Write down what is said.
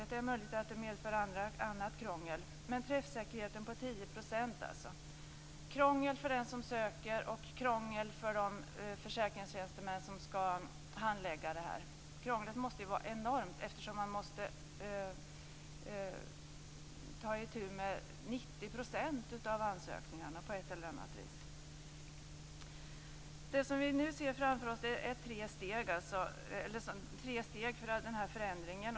Det är möjligt att det medför annat krångel. Jag vill också ta upp det som sades om en träffsäkerhet på 10 %. Det är krångel för den som söker och krångel för de försäkringstjänstemän som skall handlägga ärendet. Krånglet måste vara enormt, eftersom man måste ta itu med 90 % av ansökningarna på ett eller annat sätt. Det vi nu ser framför oss är tre steg mot en förändring.